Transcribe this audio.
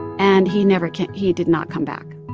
and he never came he did not come back